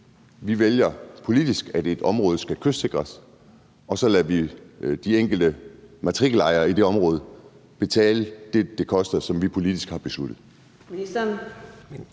vi vælger politisk, at et område skal kystsikres, og så lader vi de enkelte matrikelejere i det område betale det, det koster, og som vi politisk har besluttet?